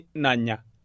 nanya